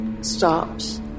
stops